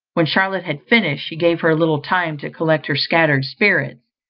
when charlotte had finished, she gave her a little time to collect her scattered spirits,